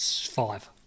Five